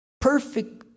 Perfect